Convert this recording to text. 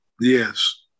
Yes